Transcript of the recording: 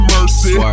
Mercy